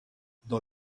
dans